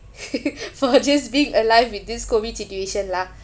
for just being alive with this COVID situation lah